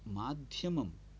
माध्यमं